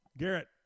Garrett